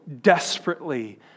desperately